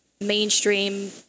mainstream